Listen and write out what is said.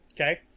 Okay